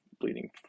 bleeding